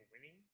winning